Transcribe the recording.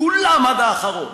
כולם עד האחרון,